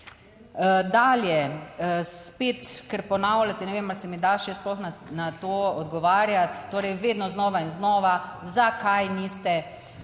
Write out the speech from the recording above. Dalje spet, ker ponavljate, ne vem ali se mi da še sploh na to odgovarjati. Torej vedno znova in znova zakaj niste,